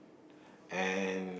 and